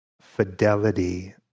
fidelity